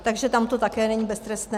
Takže tam to také není beztrestné.